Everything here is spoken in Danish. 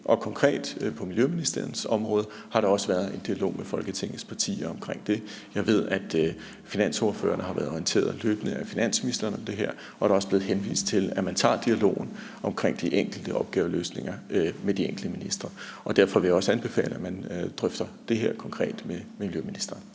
og konkret på Miljøministeriets område har der også været en dialog med Folketingets partier omkring det. Jeg ved, at finansordførerne har været orienteret løbende af finansministeren om det her, og der er også blevet henvist til, at man tager dialogen omkring de enkelte opgaveløsninger med de enkelte ministre. Derfor vil jeg også anbefale, at man konkret drøfter det her med miljøministeren.